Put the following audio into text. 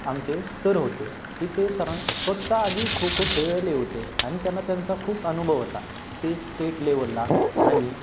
आमचे सर होते की ते सरां स्वतः आधी खो खो खेळलेले होते आणि त्यांना त्यांचा खूप अनुभव होता ते स्टेट लेवलला आणि